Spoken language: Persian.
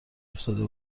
افتاده